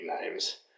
names